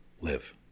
live